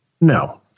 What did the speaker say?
No